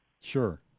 Sure